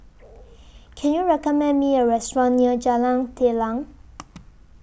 Can YOU recommend Me A Restaurant near Jalan Telang